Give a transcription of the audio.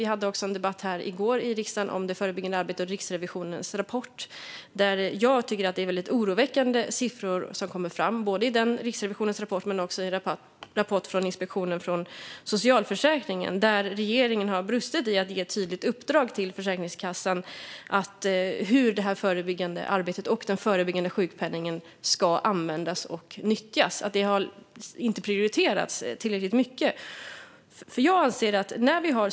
Vi hade en debatt här i riks-dagen i går om det förebyggande arbetet och Riksrevisionens rapport. Jag tycker att det är oroväckande siffror som kommer fram, både i Riksrevisionens rapport och i rapporten från Inspektionen för socialförsäkringen. Där har regeringen brustit i att ge ett tydligt uppdrag till Försäkringskassan om hur det förebyggande arbetet och den förebyggande sjukpenningen ska användas och nyttjas. Det har inte prioriterats tillräckligt mycket.